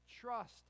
trust